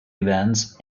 events